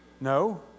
No